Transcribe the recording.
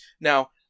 Now